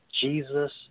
Jesus